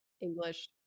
English